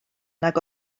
nag